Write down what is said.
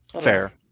Fair